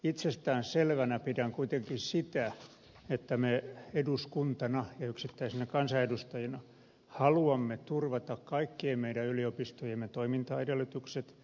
itsestäänselvänä pidän kuitenkin sitä että me eduskuntana ja yksittäisinä kansanedustajina haluamme turvata kaikkien meidän yliopistojemme toimintaedellytykset